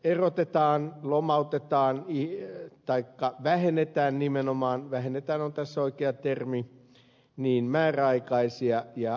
erotetaan lomautetaan taikka vähennetään nimenomaan vähennetään on tässä oikea termi määräaikaisia ja sijaistyövoimaa